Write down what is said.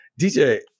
DJ